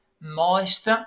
moist